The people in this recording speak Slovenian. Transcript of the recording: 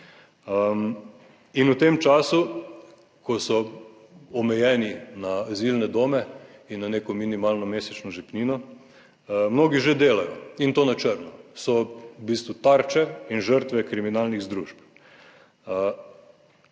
in v tem času, ko so omejeni na azilne dome in na neko minimalno mesečno žepnino, mnogi že delajo in to na črno, so v bistvu tarče in žrtve kriminalnih združb.